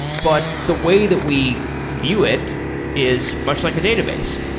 but the way that we view it is much like a database.